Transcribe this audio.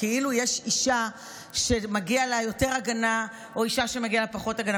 כאילו יש אישה שמגיעה לה יותר הגנה או אישה שמגיעה לה פחות הגנה.